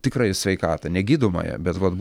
tikrąją sveikatą ne gydomąją bet vat